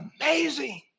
amazing